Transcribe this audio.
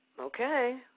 Okay